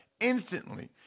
instantly